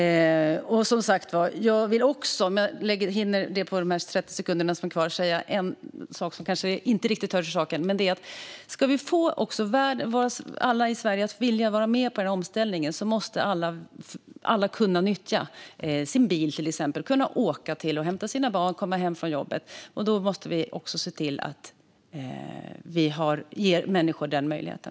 Jag vill också, om jag hinner det på de 30 sekunder som är kvar, säga en sak som kanske inte riktigt hör till saken. Det är att om vi ska få alla i Sverige att vilja vara med på denna omställning måste alla som behöver det kunna nyttja sin bil, till exempel för att hämta sina barn och ta sig till och från jobbet. Vi måste se till att ge människor den möjligheten.